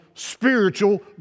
spiritual